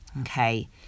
Okay